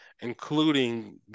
including